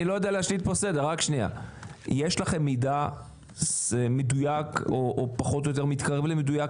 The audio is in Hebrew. יש לכם מידע מדויק או פחות או יותר קרוב למדויק,